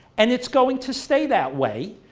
and it's going to stay that way,